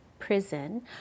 prison